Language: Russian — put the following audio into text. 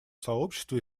сообщества